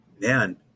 man